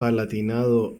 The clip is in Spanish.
palatinado